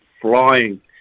flying